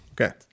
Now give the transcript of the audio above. Okay